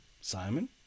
Simon